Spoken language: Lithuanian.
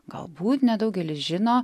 galbūt nedaugelis žino